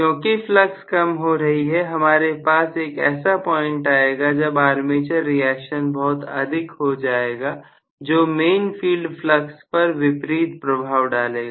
क्योंकि फ्लक्स कम हो रहा है हमारे पास एक ऐसा पॉइंट आएगा जब आर्मेचर रिएक्शन बहुत अधिक हो जाएगा जो मेन फील्ड फ्लक्स पर विपरीत प्रभाव डालेगा